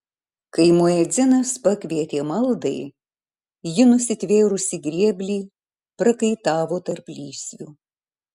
kai muedzinas pakvietė maldai ji nusitvėrusi grėblį prakaitavo tarp lysvių